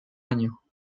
año